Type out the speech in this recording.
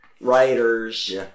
writers